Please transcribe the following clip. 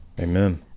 Amen